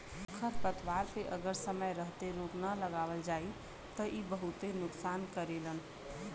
खरपतवार पे अगर समय रहते रोक ना लगावल जाई त इ बहुते नुकसान करेलन